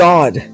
God